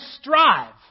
strive